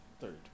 third